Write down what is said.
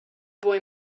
boy